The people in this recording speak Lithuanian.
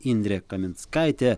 indrė kaminskaitė